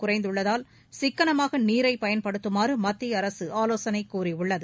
குறைந்துள்ளதால் சிக்கனமாக நீரை பயன்படுத்துமாறு மத்திய அரசு ஆவோசனை கூறியுள்ளது